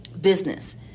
business